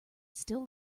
still